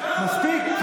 מספיק.